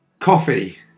Coffee